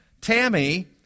Tammy